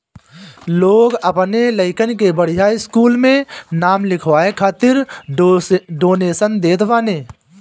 लोग अपनी लइकन के बढ़िया स्कूल में नाम लिखवाए खातिर डोनेशन देत बाने